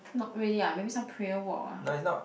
not really ah maybe some prayer walk ah